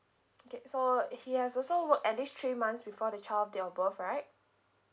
okay so if he has also worked at least three months before the child date of birth right